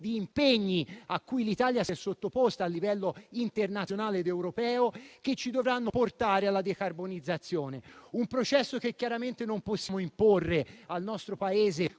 di impegni a cui l'Italia si è sottoposta a livello internazionale ed europeo, che ci dovranno portare alla decarbonizzazione. Chiaramente non possiamo imporre questo